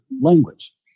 language